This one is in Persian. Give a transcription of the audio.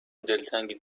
دلتنگ